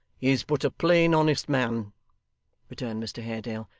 is but a plain honest man returned mr haredale,